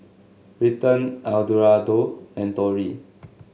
Britton Eduardo and Tori